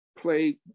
play